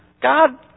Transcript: God